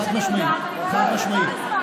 חד-משמעית.